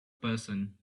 person